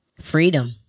Freedom